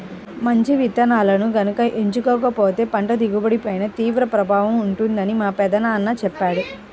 మంచి విత్తనాలను గనక ఎంచుకోకపోతే పంట దిగుబడిపై తీవ్ర ప్రభావం ఉంటుందని మా పెదనాన్న చెప్పాడు